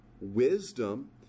wisdom